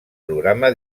programa